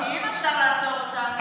כי אם אפשר לעצור אותם?